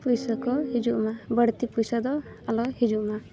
ᱯᱚᱭᱥᱟ ᱠᱚ ᱦᱤᱡᱩᱜ ᱢᱟ ᱵᱟᱹᱲᱛᱤ ᱯᱚᱭᱥᱟ ᱫᱚ ᱟᱞᱚ ᱦᱤᱡᱩᱜ ᱢᱟ